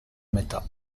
metà